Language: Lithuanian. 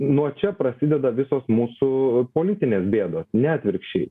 nuo čia prasideda visos mūsų politinės bėdos ne atvirkščiai